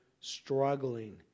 struggling